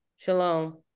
Shalom